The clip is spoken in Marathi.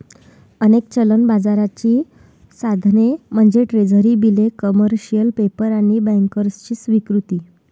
अनेक चलन बाजाराची साधने म्हणजे ट्रेझरी बिले, कमर्शियल पेपर आणि बँकर्सची स्वीकृती